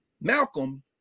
Malcolm